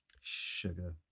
Sugar